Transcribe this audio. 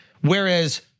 Whereas